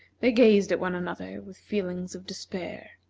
they gazed at one another with feelings of despair.